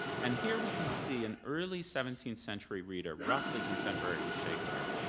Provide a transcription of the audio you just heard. and here we can see an early seventeenth century reader, roughly contemporary with shakespeare,